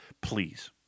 please